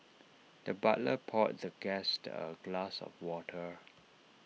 the butler poured the guest A glass of water